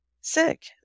sick